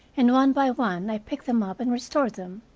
and one by one i picked them up and restored them.